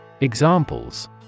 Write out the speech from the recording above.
Examples